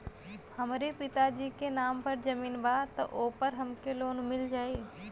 हमरे पिता जी के नाम पर जमीन बा त ओपर हमके लोन मिल जाई?